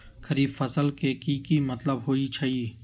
खरीफ फसल के की मतलब होइ छइ?